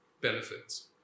benefits